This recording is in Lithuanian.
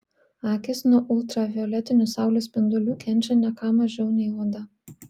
akys nuo ultravioletinių saulės spindulių kenčia ne ką mažiau nei oda